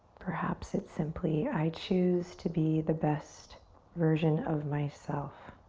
perhaps it's simply i choose to be the best version of myself.